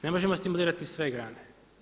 Ne možemo stimulirati sve grane.